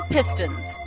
Pistons